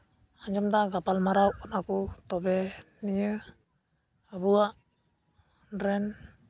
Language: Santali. ᱟᱸᱡᱚᱢᱫᱟ ᱜᱟᱯᱟᱞᱢᱟᱨᱟᱣ ᱚᱱᱟᱠᱚ ᱛᱚᱵᱮ ᱱᱤᱭᱟᱹ ᱟᱵᱚᱣᱟᱜ ᱨᱮᱱ